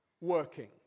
working